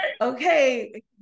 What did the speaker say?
okay